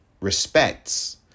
respects